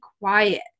quiet